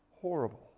horrible